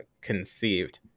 conceived